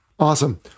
Awesome